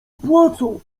płacą